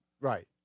Right